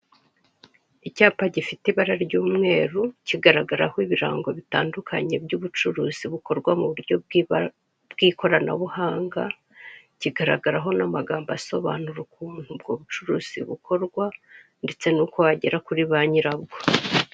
Icyapa gifite ibara ry'umweru, kigaragaraho ibirango bitandukanye by'ubucuruzi bukorwa mu buryo bw'ikoranabuhanga, kigaragaraho n'amagambo asobanura ukuntu ubwo bucuruzi bukorwa n'uko wagera kuri ba nyirabwo.